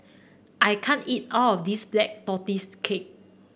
I can't eat all of this Black Tortoise Cake